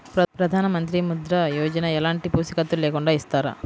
ప్రధానమంత్రి ముద్ర యోజన ఎలాంటి పూసికత్తు లేకుండా ఇస్తారా?